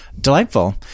Delightful